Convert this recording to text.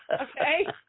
Okay